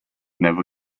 never